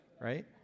right